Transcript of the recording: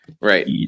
right